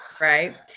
right